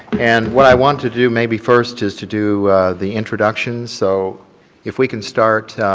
and what i want to do maybe first is to do the introduction so if we can start